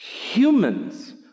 humans